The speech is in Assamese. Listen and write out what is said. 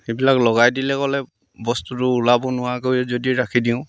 সেইবিলাক লগাই দিলে গ'লে বস্তুটো ওলাব নোৱাৰকৈ যদি ৰাখি দিওঁ